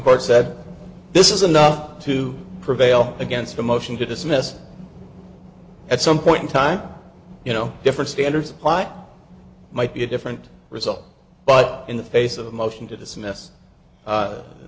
court said this is enough to prevail against a motion to dismiss at some point in time you know different standards apply might be a different result but in the face of the motion to dismiss